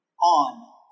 on